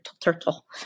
turtle